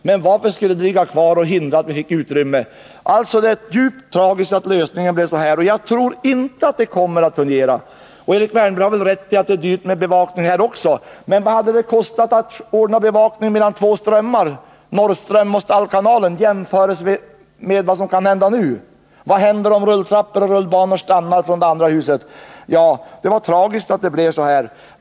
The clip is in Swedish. Men varför skulle kamrarna finnas kvar och därmed hindra att vi får utrymme? Alltså är det djupt tragiskt att lösningen blev denna. Jag tror inte att det kommer att fungera. Erik Wärnberg har rätt i att det är dyrt med bevakning här vid Sergels Torg. Men vad kostar det att ordna bevakning mellan två strömmar, Norrström och Stallkanalen? Och vad kan hända med byggnaderna enligt förslaget? Vad händer om rulltrappor och rullbanor från det andra huset stannar? Ja, det är tragiskt att det blev så här.